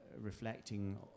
reflecting